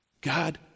God